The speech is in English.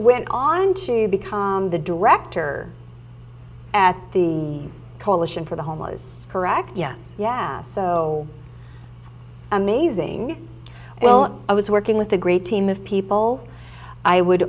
went on to become the director at the coalition for the homo's correct yeah yeah so amazing well i was working with a great team of people i would